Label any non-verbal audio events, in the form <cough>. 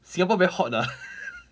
singapore very hot lah <laughs>